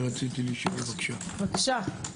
בבקשה.